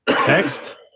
text